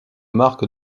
marques